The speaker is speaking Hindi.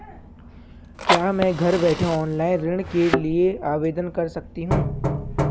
क्या मैं घर बैठे ऑनलाइन ऋण के लिए आवेदन कर सकती हूँ?